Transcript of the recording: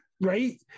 Right